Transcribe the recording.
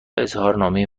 اظهارنامه